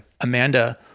Amanda